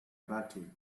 batty